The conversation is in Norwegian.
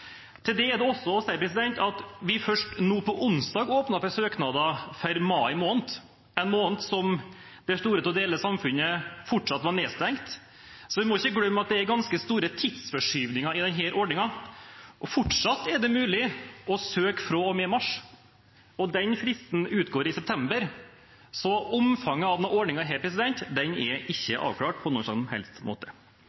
Til det er det også å si at vi først nå på onsdag åpnet for søknader for mai måned, en måned der store deler av samfunnet fortsatt var nedstengt, så vi må ikke glemme at det er ganske store tidsforskyvninger i denne ordningen. Fortsatt er det mulig å søke fra og med mars, og den fristen utgår i september, så omfanget av denne ordningen er ikke avklart på noen som helst måte. Som en generell kommentar: Det er da vitterlig ikke